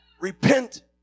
Repent